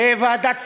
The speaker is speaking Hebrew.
ראה ועדת שמחון.